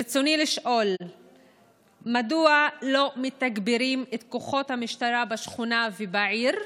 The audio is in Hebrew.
ברצוני לשאול: 1. מדוע לא מתגברים את כוחות המשטרה בשכונה ובעיר,